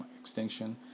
extinction